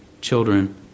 children